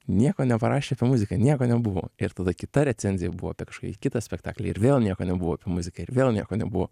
nieko neparašė apie muziką nieko nebuvo ir tada kita recenzija buvo apie kažkokį kitą spektaklį ir vėl nieko nebuvo apie muziką ir vėl nieko nebuvo